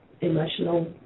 emotional